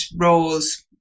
roles